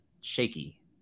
shaky